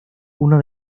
uno